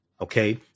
Okay